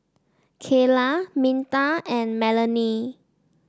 Kayla Minta and Melonie